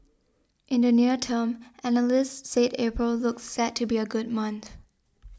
in the near term analysts said April looks set to be a good month